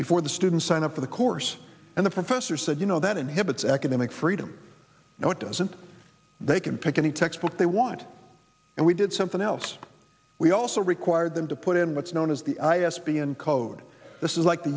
before the students sign up for the course and the professor said you know that inhibits academic freedom no it doesn't they can pick any textbook they want and we did something else we also required them to put in what's known as the i s b in code this is like the